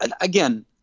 Again